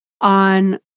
on